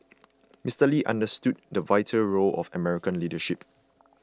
Mister Lee understood the vital role of American leadership